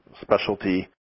specialty